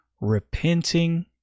repenting